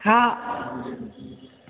हा